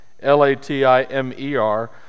l-a-t-i-m-e-r